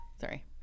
Sorry